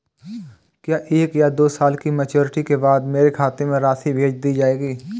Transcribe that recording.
क्या एक या दो साल की मैच्योरिटी के बाद मेरे खाते में राशि भेज दी जाएगी?